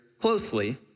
closely